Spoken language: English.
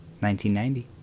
1990